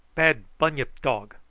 bad bunyip dog.